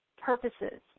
purposes